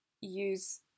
use